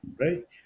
Right